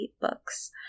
books